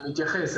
אני אתייחס.